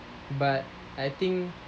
but I think